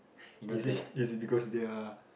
is this is it because their